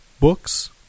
Books